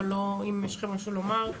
אבל אם יש לכם משהו לומר,